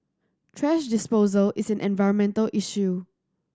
thrash disposal is an environmental issue